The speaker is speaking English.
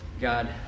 God